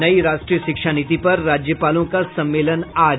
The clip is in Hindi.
नई राष्ट्रीय शिक्षा नीति पर राज्यपालों का सम्मेलन आज